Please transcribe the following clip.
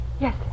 Yes